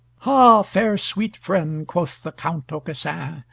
ha! fair sweet friend, quoth the count aucassin,